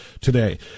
today